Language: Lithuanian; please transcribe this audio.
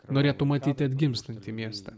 norėtų matyti atgimstantį miestą